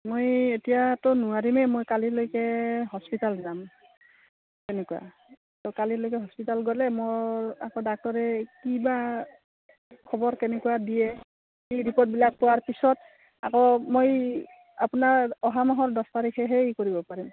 মই এতিয়াতো নোৱাৰিমেই মই কালিলৈকে হস্পিটাল যাম তেনেকুৱা ত' কালিলৈকে হস্পিটাল গ'লে মোৰ আকৌ ডাক্টৰে কি বা খবৰ কেনেকুৱা দিয়ে সেই ৰিপৰ্টবিলাক পোৱাৰ পিছত আকৌ মই আপোনাৰ অহা মাহৰ দহ তাৰিখেহে কৰিব পাৰিম